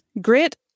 grit